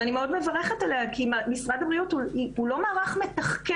ואני מאוד מברכת עליה כי משרד הבריאות הוא לא מערך מתחקר.